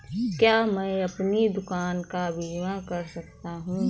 क्या मैं अपनी दुकान का बीमा कर सकता हूँ?